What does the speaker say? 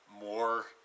more